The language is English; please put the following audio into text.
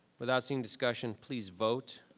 without seeing discussion, please vote.